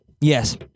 Yes